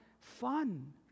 fun